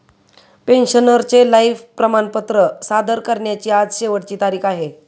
पेन्शनरचे लाइफ प्रमाणपत्र सादर करण्याची आज शेवटची तारीख आहे